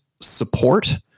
support